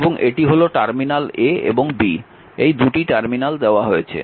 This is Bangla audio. এবং এটি হল টার্মিনাল A এবং B এই 2টি টার্মিনাল দেওয়া হয়েছে